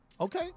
Okay